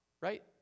Right